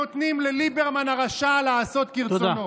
נותנים לליברמן הרשע לעשות כרצונו.